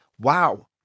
Wow